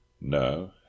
No